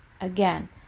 Again